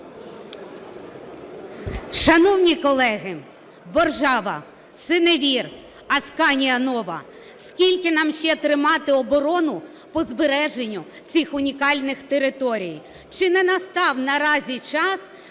Шановні колеги, Боржава, Синевир, Асканія-Нова. Скільки нам ще тримати оборону по збереженню цих унікальних територій? Чи не настав наразі час